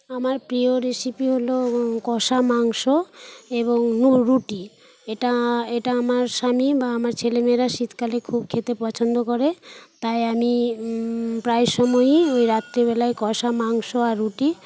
আমার প্রিয় রেসিপি হলো কষা মাংস এবং রুটি এটা এটা আমার স্বামী বা আমার ছেলেমেয়েরা শীতকালে খুব খেতে পছন্দ করে তাই আমি প্রায় সময়েই ওই রাত্রে বেলায় কষা মাংস আর রুটি